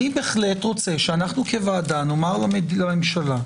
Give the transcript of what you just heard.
אני בהחלט רוצה שאנו כוועדה נאמר לממשלה,